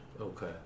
Okay